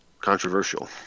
controversial